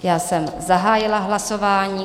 Já jsem zahájila hlasování.